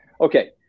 Okay